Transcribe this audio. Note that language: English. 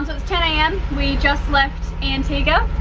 so it's ten am, we just left antigua,